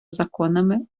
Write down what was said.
законами